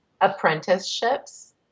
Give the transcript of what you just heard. Apprenticeships